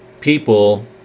people